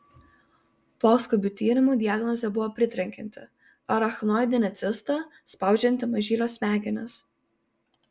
po skubių tyrimų diagnozė buvo pritrenkianti arachnoidinė cista spaudžianti mažylio smegenis